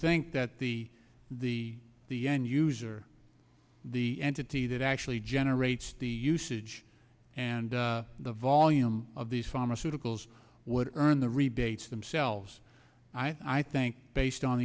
think that the the the end user the entity that actually generates the usage and the volume of these pharmaceuticals would earn the rebates themselves i think based on